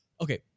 okay